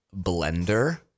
blender